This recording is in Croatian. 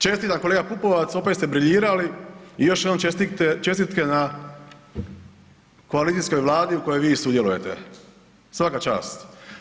Čestitam kolega opet ste briljirali i još jednom čestitke na koalicijskoj vladi u kojoj vi sudjelujete, svaka čast.